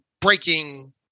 breaking